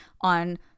on